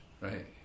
Right